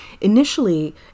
Initially